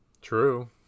True